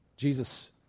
Jesus